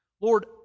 Lord